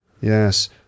Yes